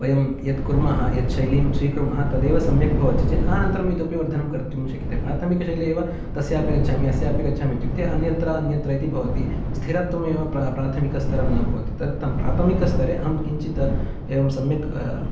वयं यत् कुर्मः यत् शैलीं स्वीकुर्मः तदेव सम्यक् भवति चेत् अनन्तरं इतोऽपि वर्धनं कर्तुं शक्यते प्राथमिक शैले एव तस्यापि गच्छामि अस्यापि गच्छामि इत्युक्ते अन्यत्र अन्यत्र इति भवति स्थिरत्वमेव प्राथमिकस्तरं न भवति तदर्थं प्राथमिकस्तरे अहं किञ्चित् एव सम्यक्